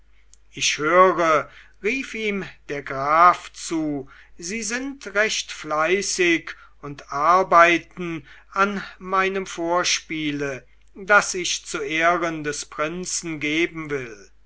ich höre rief ihm der graf zu sie sind recht fleißig und arbeiten an meinem vorspiele das ich zu ehren des prinzen geben will